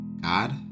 God